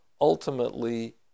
ultimately